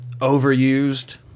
overused